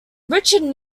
richard